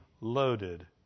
loaded